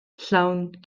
llawn